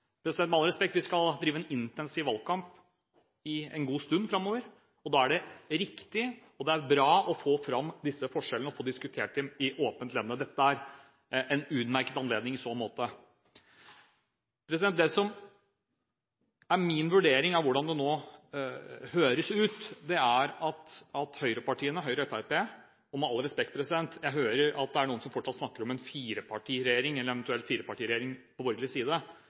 Med all respekt – vi skal drive en intensiv valgkamp en god stund framover, og da er det riktig, og det er bra å få fram disse forskjellene og få diskutert dem i åpent lende. Dette er en utmerket anledning i så måte. Det som er min vurdering, slik det nå høres ut, er at høyrepartiene, Høyre og Fremskrittspartiet, forsøker å ri to hester. Med all respekt, jeg hører at det er noen som fortsatt snakker om en firepartiregjering, eller eventuelt firepartiregjering på borgerlig side.